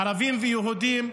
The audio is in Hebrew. ערבים ויהודים,